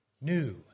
new